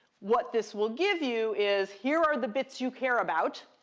what this will give you is here are the bits you care about,